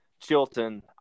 Chilton